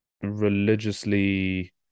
religiously